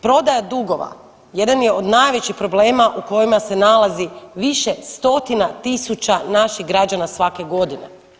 Prodaja dugova jedan je od najvećih problema u kojima se nalazi više stotina tisuća naših građana svake godine.